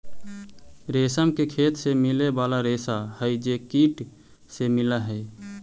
रेशम के खेत से मिले वाला रेशा हई जे कीट से मिलऽ हई